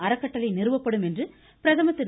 அறக்கட்டளை நிறுவப்படும் என்று பிரதமர் திரு